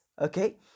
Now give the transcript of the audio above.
okay